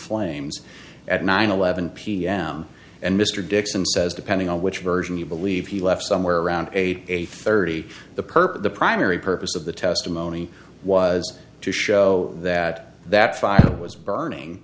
flames at nine eleven pm and mr dixon says depending on which version you believe he left somewhere around eight thirty the perp the primary purpose of the testimony was to show that that fire was burning